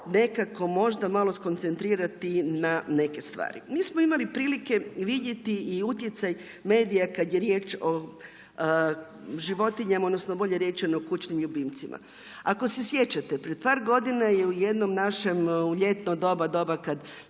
nekako možda malo skoncentrirati na neke stvari. Mi smo imali prilike vidjeti i utjecaj medija kada je riječ o životinjama, odnosno bolje rečeno kućnim ljubimcima. Ako se sjećate pred par godina je u jednom našem, ljetno doba, doba kad